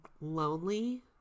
lonely